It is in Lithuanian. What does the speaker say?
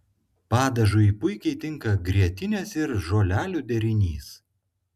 padažui puikiai tinka grietinės ir žolelių derinys